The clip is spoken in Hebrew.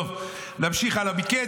טוב, נמשיך הלאה.